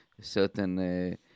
Certain